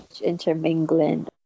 intermingling